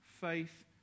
faith